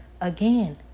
again